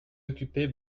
occupez